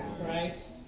Right